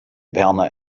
werner